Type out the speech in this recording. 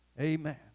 Amen